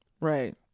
Right